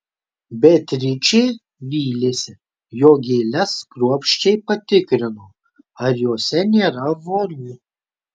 beatričė vylėsi jog gėles kruopščiai patikrino ar jose nėra vorų